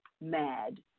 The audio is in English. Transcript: mad